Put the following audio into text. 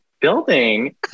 building